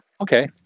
okay